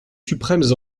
suprêmes